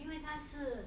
因为他是